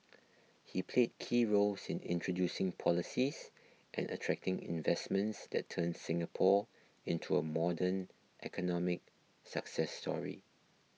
he played key roles in introducing policies and attracting investments that turned Singapore into a modern economic success story